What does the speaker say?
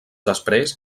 després